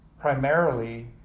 primarily